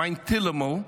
"מיין תהילים'ל",